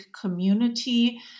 community